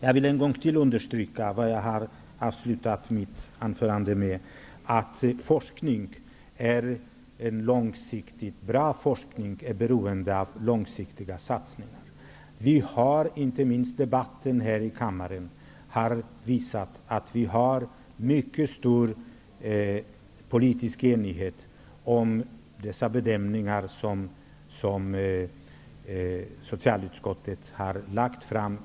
Jag vill än en gång understryka det som jag avslutade mitt anförande med att säga, nämligen att en långsiktigt bra forskning är beroende av långsiktiga satsningar. Inte minst debatten här i kammaren har visat att det råder mycket stor politisk enighet om de bedömningar som socialutskottet har lagt fram.